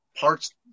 parts